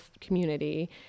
community